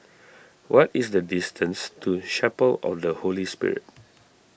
what is the distance to Chapel of the Holy Spirit